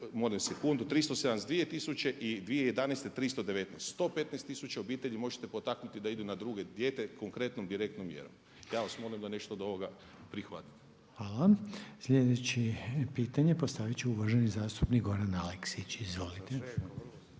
molim sekundu, 372 tisuće i 2011. 319. 115 tisuća obitelji možete potaknuti da idu na drugo dijete konkretnom direktnom mjerom. Ja vas molim da nešto od ovoga prihvatite. **Reiner, Željko (HDZ)** Hvala. Sljedeće pitanje postavit će uvaženi zastupnik Goran Aleksić, izvolite.